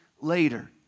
later